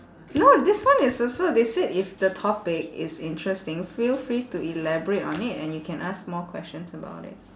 no this one is also they said if the topic is interesting feel free to elaborate on it and you can ask more questions about it